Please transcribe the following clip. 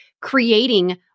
creating